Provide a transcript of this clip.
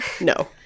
No